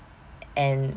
and